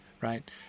right